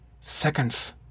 seconds